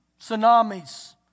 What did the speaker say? tsunamis